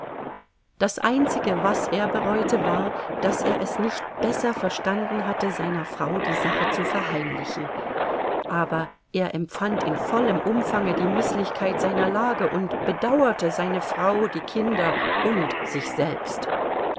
das einzige was er bereute war daß er es nicht besser verstanden hatte seiner frau die sache zu verheimlichen aber er empfand in vollem umfange die mißlichkeit seiner lage und bedauerte seine frau die kinder und sich selbst